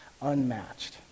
unmatched